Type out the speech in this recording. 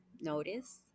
notice